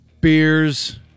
beers